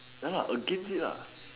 ya against it